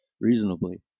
reasonably